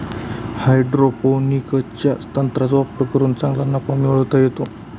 हायड्रोपोनिक्सच्या तंत्राचा वापर करून चांगला नफा मिळवता येतो